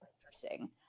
interesting